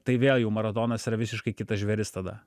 tai vėl jau maratonas yra visiškai kitas žvėris tada